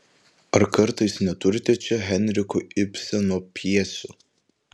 ar kartais neturite čia henriko ibseno pjesių